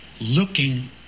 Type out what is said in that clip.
looking